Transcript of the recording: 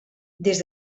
des